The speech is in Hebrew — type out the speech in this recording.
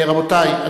רבותי,